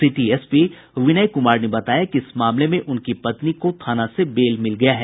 city SP Vinay Kumar ने बताया कि इस मामले में उनकी पत्नी को थाना से बेल मिल गया है